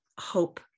hope